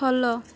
follow